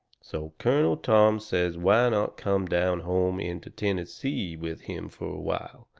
so colonel tom says why not come down home into tennessee with him fur a while,